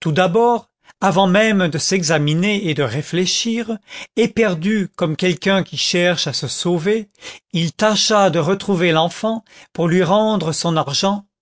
tout d'abord avant même de s'examiner et de réfléchir éperdu comme quelqu'un qui cherche à se sauver il tâcha de retrouver l'enfant pour lui rendre son argent